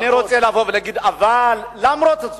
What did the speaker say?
אני רוצה להגיד: אבל למרות זאת,